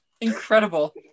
incredible